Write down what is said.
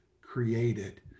created